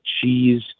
cheese